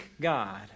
God